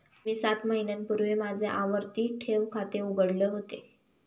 मी सात महिन्यांपूर्वी माझे आवर्ती ठेव खाते उघडले होते